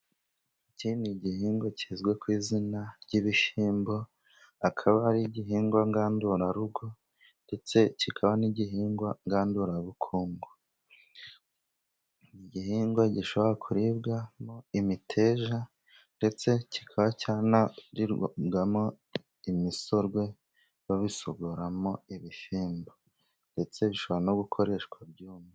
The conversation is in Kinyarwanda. Ikindi gihingwa kizwi ku izina ry'ibishyimbo, akaba ari igihingwa ngandurarugo, ndetse kikaba n'igihingwa ngandurabukungu, ni igihingwa gishobora kuribwamo imiteja, ndetse kikaba cyanaribwamo imisorwe, babisogoramo ibishyimbo, ndetse bishobora no gukoreshwa mu byuma.